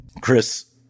Chris